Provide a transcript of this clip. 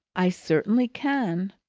i certainly can!